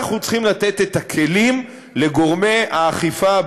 אנחנו צריכים לתת את הכלים לגורמי האכיפה,